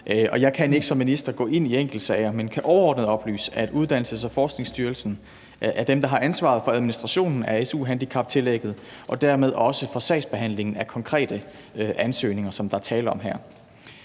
jeg kan som minister ikke gå ind i enkeltsager, men jeg kan overordnet oplyse, at Uddannelses- og Forskningsstyrelsen er dem, der har ansvaret for administrationen af su-handicaptillægget og dermed også for sagsbehandlingen af de konkrete ansøgninger, som der her er tale om.